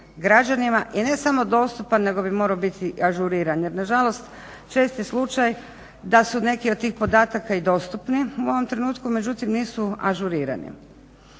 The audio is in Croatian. građanima i ne samo dostupan nego bi morao biti ažuriran. Jer nažalost čest je slučaj da su neki od tih podataka i dostupni u ovom trenutku, međutim nisu ažurirani.